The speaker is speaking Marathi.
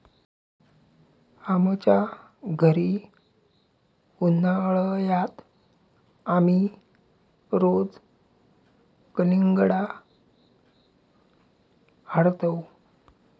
आमच्या घरी उन्हाळयात आमी रोज कलिंगडा हाडतंव